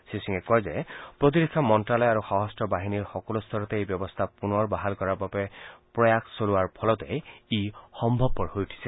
শ্ৰীসিঙে কয় যে প্ৰতিৰক্ষা মন্ত্ৰালয় আৰু সশন্ত্ৰ বাহিনীৰ সকলো স্তৰতে এই ব্যৱস্থা পুনৰ বাহাল কৰাৰ বাবে প্ৰয়াস কৰাৰ ফলতেই সম্ভৱপৰ হৈছে